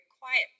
quiet